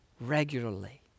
regularly